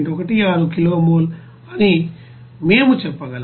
16 kilomole అని మేము చెప్పగలం